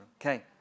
Okay